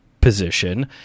Position